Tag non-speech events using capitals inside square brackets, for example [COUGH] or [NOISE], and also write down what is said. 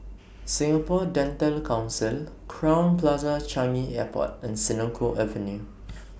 Singapore Dental Council Crowne Plaza Changi Airport and Senoko Avenue [NOISE]